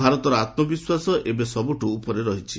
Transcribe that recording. ଭାରତର ଆତ୍ମବିଶ୍ୱାସ ଏବେ ସବୁଠୁ ଉପରେ ରହିଛି